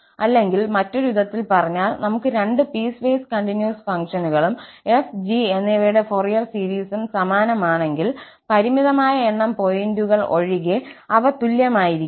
അല്ലെങ്കിൽ മറ്റൊരു വിധത്തിൽ പറഞ്ഞാൽ നമുക്ക് രണ്ട് പീസ്വേസ് കണ്ടിന്യൂസ് ഫംഗ്ഷനുകളും f g എന്നിവയുടെ ഫൊറിയർ സീരീസും സമാനമാണെങ്കിൽ പരിമിതമായ എണ്ണം പോയിന്റുകൾ ഒഴികെ അവ തുല്യമായിരിക്കണം